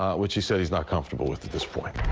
ah which he said he's not comfortable with at this point.